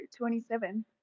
27